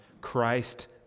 Christ